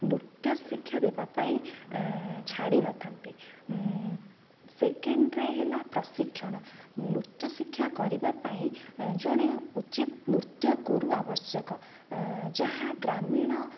ନୃତ୍ୟ ଶିକ୍ଷା ଦେବା ପାଇଁ ଛାଡ଼ି ନଥାନ୍ତି ସେକେଣ୍ଡରେ ହେଲା ପ୍ରଶିକ୍ଷଣ ନୃତ୍ୟ ଶିକ୍ଷା କରିବା ପାଇଁ ଜଣେ ଉଚିତ୍ ନୃତ୍ୟ ଗୁରୁ ଆବଶ୍ୟକ ଯାହା ଗ୍ରାମୀଣ